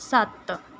ਸੱਤ